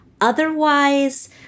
Otherwise